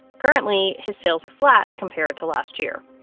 currently, his sales are flat compared to last year.